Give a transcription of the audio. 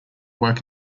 work